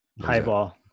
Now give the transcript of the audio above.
highball